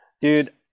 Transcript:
dude